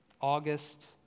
August